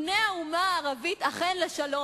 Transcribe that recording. פני האומה הערבית אכן לשלום,